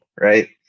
right